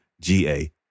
G-A